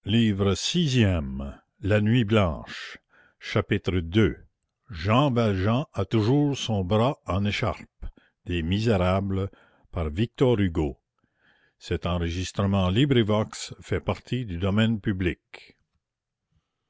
chapitre ii jean valjean a toujours son bras en écharpe